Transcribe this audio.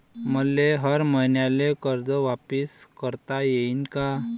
मले हर मईन्याले कर्ज वापिस करता येईन का?